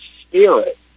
spirit